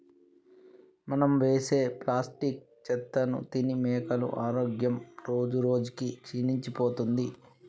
మనం వేసే ప్లాస్టిక్ చెత్తను తిని మేకల ఆరోగ్యం రోజురోజుకి క్షీణించిపోతుంది